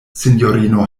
sinjorino